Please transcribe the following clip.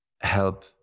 help